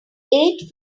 eight